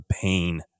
pain